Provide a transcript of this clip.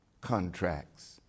contracts